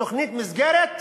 תוכנית מסגרת,